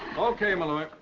okay, malloy.